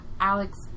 Alex